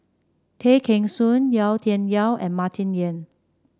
Tay Kheng Soon Yau Tian Yau and Martin Yan